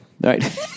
right